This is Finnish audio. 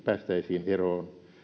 päästäisiin eroon